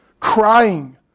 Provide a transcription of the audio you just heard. Crying